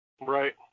Right